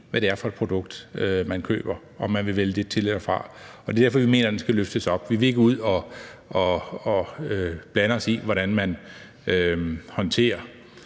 hvad det er for et produkt, man køber – om man vil vælge det til eller fra. Det er derfor, at vi mener, at det skal løftes op. Vi vil ikke ud og blande os i, hvordan man håndterer